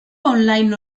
online